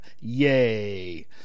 Yay